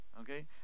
Okay